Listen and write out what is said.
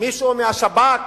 מישהו מהשב"כ,